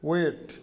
weight